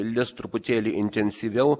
lis truputėlį intensyviau